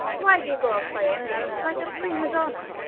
why do you go off by yourself like a prima donna?